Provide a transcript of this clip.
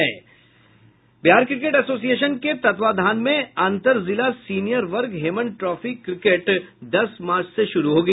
Bihar cricket association के तत्वावधान में अन्तर जिला सीनियर वर्ग हेमन ट्रॉफी क्रिकेट दस मार्च से शुरू होगी